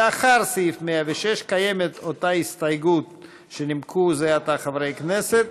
לאחר סעיף 106 קיימת אותה הסתייגות שנימקו זה עתה חברי הכנסת.